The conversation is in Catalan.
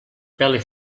pele